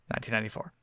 1994